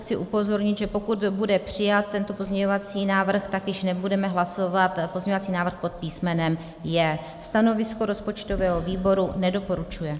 Chci upozornit, že pokud bude přijat tento pozměňovací návrh, tak již nebudeme hlasovat pozměňovací návrh pod písmenem J. Stanovisko rozpočtového výboru nedoporučuje.